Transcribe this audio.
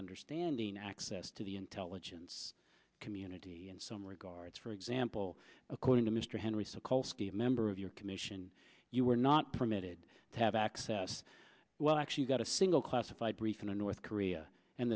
understanding access to the intelligence community in some regards for example according to mr henry sokolski a member of your commission you were not permitted to have access well actually got a single classified briefing on north korea and